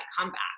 comeback